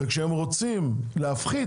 וכשהם רוצים להפחית